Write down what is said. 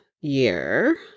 year